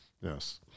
Yes